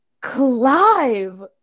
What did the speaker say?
Clive